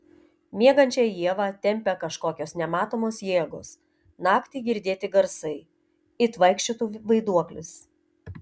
miegančią ievą tempia kažkokios nematomos jėgos naktį girdėti garsai it vaikščiotų vaiduoklis